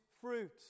fruit